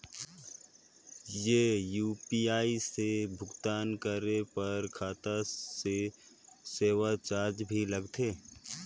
ये यू.पी.आई से भुगतान करे पर खाता से सेवा चार्ज भी लगथे?